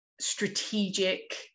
strategic